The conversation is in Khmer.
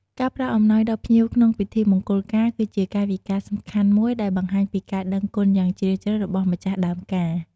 ការផ្តល់អំណោយដល់ភ្ញៀវក្នុងពិធីមង្គលការ គឺជាកាយវិការសំខាន់មួយដែលបង្ហាញពីការដឹងគុណយ៉ាងជ្រាលជ្រៅរបស់ម្ចាស់ដើមការ។